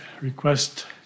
request